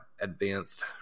advanced